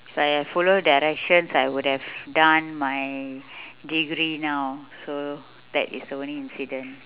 if I had followed directions I would have done my degree now so that is the only incident